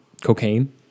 cocaine